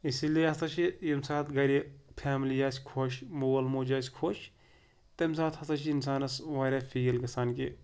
اسی لیے ہَسا چھِ ییٚمہِ ساتہٕ گَرِ فیملی آسہِ خۄش مول موج آسہِ خۄش تَمہِ ساتہٕ ہَسا چھِ اِنسانَس واریاہ فیٖل گژھان کہِ